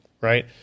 right